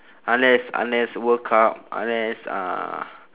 unless unless world cup unless uh